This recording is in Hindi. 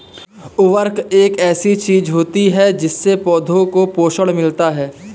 उर्वरक एक ऐसी चीज होती है जिससे पौधों को पोषण मिलता है